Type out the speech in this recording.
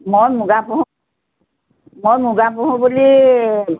মই মুগা পুহোঁ মই মুগা পুহোঁ বুলি